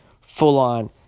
full-on